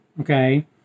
okay